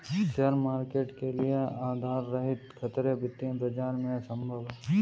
share market के लिये आधार रहित खतरे वित्तीय बाजार में असम्भव हैं